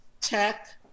tech